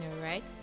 right